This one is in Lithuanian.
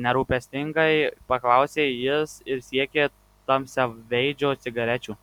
nerūpestingai paklausė jis ir siekė tamsiaveidžio cigarečių